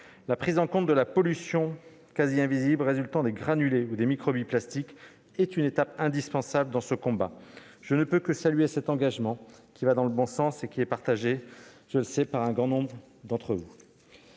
La prise en compte de la pollution quasi invisible résultant des granulés ou des microbilles de plastique est une étape indispensable dans ce combat. Je ne peux que saluer cet engagement qui va dans le bon sens et qui est partagé par un grand nombre d'entre vous.